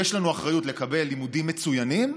יש לנו אחריות לקבל לימודים מצוינים,